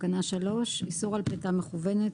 תקנה 3, איסור על פליטה מכוונת.